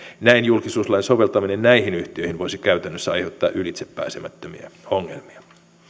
näin julkisuuslain soveltaminen näihin yhtiöihin voisi käytännössä aiheuttaa ylitsepääsemättömiä ongelmia